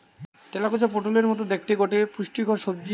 তেলাকুচা পটোলের মতো দ্যাখতে গটে পুষ্টিকর সবজি